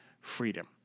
freedom